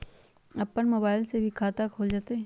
अपन मोबाइल से भी खाता खोल जताईं?